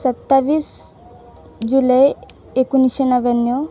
सत्तावीस जुलै एकोणीसशे नव्याण्णव